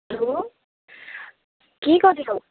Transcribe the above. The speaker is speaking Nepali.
हलो के गर्दैछौै